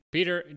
Peter